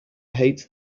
hate